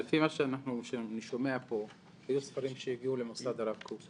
לפי מה שאני שומע פה היו ספרים שהגיעו למוסד הרב קוק.